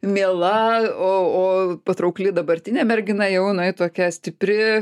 miela o o patraukli dabartinė mergina jau jinai tokia stipri